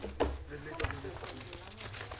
10:41.